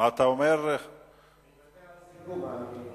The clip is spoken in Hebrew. מוותר על הסיכום.